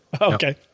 Okay